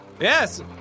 Yes